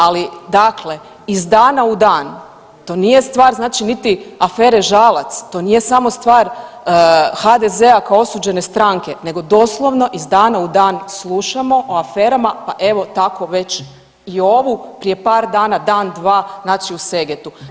Ali dakle iz dana u dan to nije stvar znači niti afere Žalac, to nije samo stvar HDZ-a kao osuđene stranke, nego doslovno iz dana u dan slušamo o aferama, pa evo tako već i ovu prije par dana, dan dva znači u Segetu.